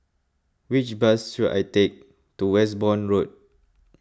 which bus should I take to Westbourne Road